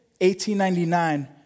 1899